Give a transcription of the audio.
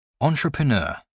Entrepreneur